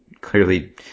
clearly